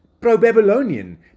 pro-Babylonian